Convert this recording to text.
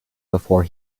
before